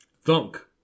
Thunk